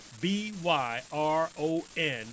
B-Y-R-O-N